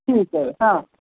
ठीक आहे हां